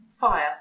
Fire